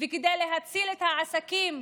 וכדי להציל את העסקים,